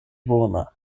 bona